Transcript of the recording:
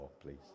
please